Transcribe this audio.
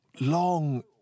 long